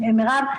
מירב,